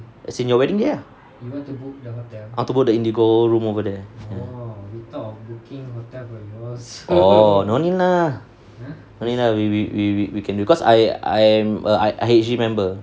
as in your wedding day lah I want to book the indigo room over there oh no need lah ya we we we we can because I I am a I_H_G member